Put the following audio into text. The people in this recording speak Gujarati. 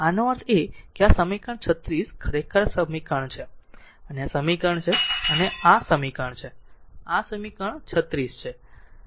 આનો અર્થ એ કે આ સમીકરણ 36 ખરેખર આ સમીકરણ છે આ આ સમીકરણ છે આ સમીકરણ છે આ સમીકરણ છે 36